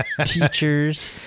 teachers